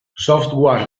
software